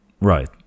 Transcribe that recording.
right